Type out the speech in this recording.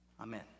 Amen